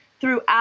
throughout